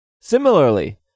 Similarly